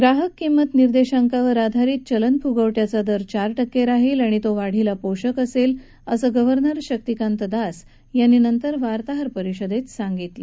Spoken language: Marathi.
ग्राहक किंमत निर्देशांकावर आधारित चलन फुगवट्याचा दर चार टक्के राहील आणि तो वाढीला पोषक असेल असं गव्हर्नर शक्तिकांत दास यांनी वार्ताहर परिषदेत सांगितलं